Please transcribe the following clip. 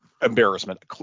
Embarrassment